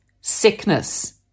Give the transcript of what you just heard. sickness